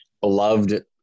beloved